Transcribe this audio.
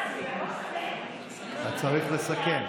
צריך לסכם.